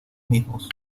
mismos